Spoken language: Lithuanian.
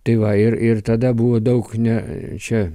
tai va ir ir tada buvo daug ne čia